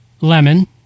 lemon